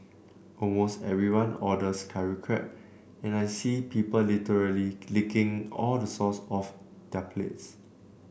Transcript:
almost everyone orders curry crab and I see people literally licking all the sauce off their plates